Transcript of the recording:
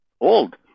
old